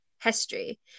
history